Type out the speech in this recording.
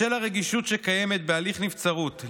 בשל הרגישות שקיימת בהליך נבצרות,